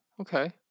Okay